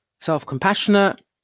self-compassionate